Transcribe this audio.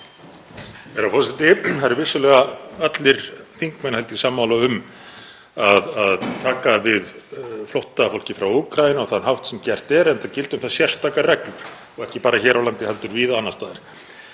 Herra forseti. Það eru vissulega allir þingmenn, held ég, sammála um að taka við flóttafólki frá Úkraínu á þann hátt sem gert er, enda gilda um það sérstakar reglur og ekki bara hér á landi heldur víða annars staðar.